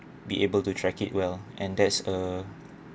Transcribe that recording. be able to track it well and that's a